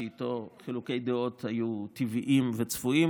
שאיתו חילוקי הדעות היו טבעיים וצפויים,